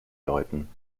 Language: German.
läuten